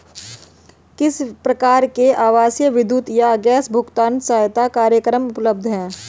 किस प्रकार के आवासीय विद्युत या गैस भुगतान सहायता कार्यक्रम उपलब्ध हैं?